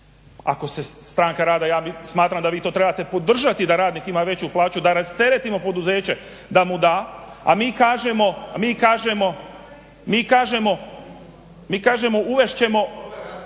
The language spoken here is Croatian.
Ako ste Stranka rada ja smatram da vi to trebate podržati da radnik ima veću plaću, da rasteretimo poduzeće. Mi kažemo uvest ćemo… … /Upadica se ne